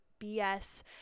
bs